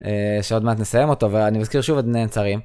שעוד מעט נסיים אותו ואני מזכיר שוב את בני נצרים.